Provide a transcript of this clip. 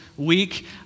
week